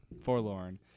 forlorn